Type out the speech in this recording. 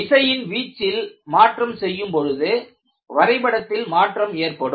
விசையின் வீச்சில் மாற்றம் செய்யும்பொழுது வரைபடத்தில் மாற்றம் ஏற்படும்